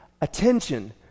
attention